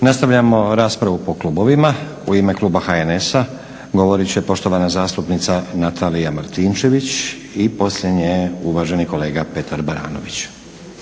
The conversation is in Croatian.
Nastavljamo raspravu po klubovima. U ime Kluba HNS-a govoriti će poštovana zastupnica Natalija Martinčević. I poslije nje uvaženi kolega Petar Baranović.